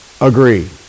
agree